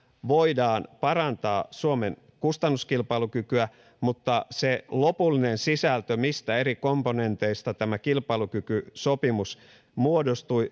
voidaan parantaa suomen kustannuskilpailukykyä mutta se lopullinen sisältö mistä eri komponenteista tämä kilpailukykysopimus muodostui